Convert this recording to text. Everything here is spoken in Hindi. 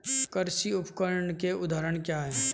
कृषि उपकरण के उदाहरण क्या हैं?